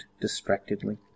distractedly